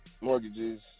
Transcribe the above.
mortgages